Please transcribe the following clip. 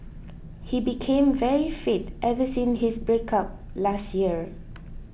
he became very fit ever since his breakup last year